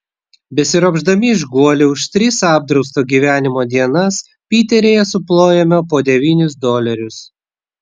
besiropšdami iš guolių už tris apdrausto gyvenimo dienas piteryje suplojome po devynis dolerius